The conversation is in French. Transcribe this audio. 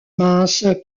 minces